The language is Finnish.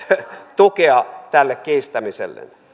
tukea tälle kiistämisellenne